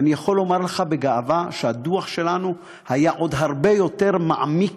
ואני יכול לומר לך בגאווה שהדוח שלנו היה עוד הרבה יותר מעמיק,